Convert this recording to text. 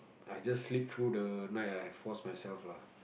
I just sleep through the night ah I force myself lah